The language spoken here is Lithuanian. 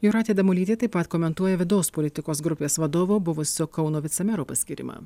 jūratė damulytė taip pat komentuoja vidaus politikos grupės vadovo buvusio kauno vicemero paskyrimą